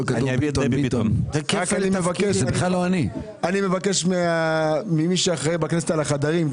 אני מבקש ממי שאחראי בכנסת על החדרים,